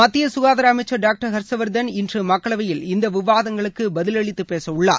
மத்திய கசுகாதார அமைச்சர் டாக்டர் ஹர்ஸ்வர்தன் இன்று மக்களவையில் இந்த விவாதங்களுக்கு பதலளித்து பேசவுள்ளார்